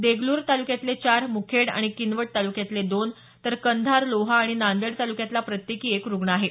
देगलूर तालुक्यातले चार मुखेड आणि किनवट तालुक्यातले दोन तर कंधार लोहा आणि नांदेड तालुक्यातला प्रत्येकी एक रुग्ण आहे